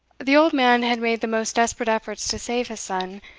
the old man had made the most desperate efforts to save his son,